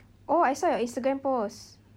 oh I saw your instagram post